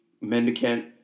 mendicant